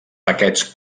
paquets